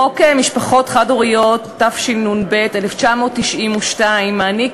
חוק משפחות חד-הוריות, התשנ"ב 1992, מעניק